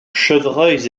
chevreuils